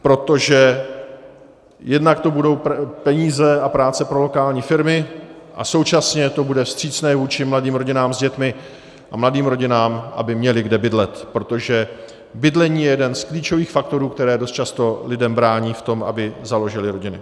Protože jednak to budou peníze a práce pro lokální firmy a současně to bude vstřícné vůči mladým rodinám s dětmi a mladým rodinám, aby měly kde bydlet, protože bydlení je jeden z klíčových faktorů, které dost často lidem brání v tom, aby založili rodiny.